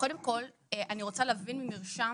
קודם כל, אני רוצה להבין ממרשם